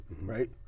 right